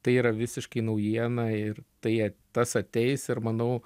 tai yra visiškai naujiena ir tai tas ateis ir manau